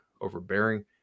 overbearing